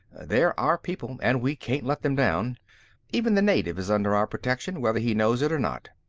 they're our people, and we can't let them down even the native is under our protection, whether he knows it or not.